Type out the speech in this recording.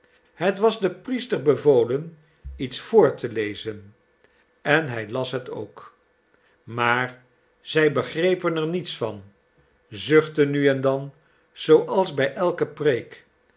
het was den priester bevolen iets voor te lezen en hij las het ook maar zij begrepen er niets van zuchtten nu en dan zooals bij elke preek